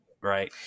right